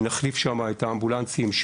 נחליף שם את האמבולנסים,